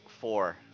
Four